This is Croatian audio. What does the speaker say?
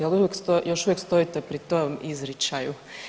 Jel još uvijek stojite pri tom izričaju?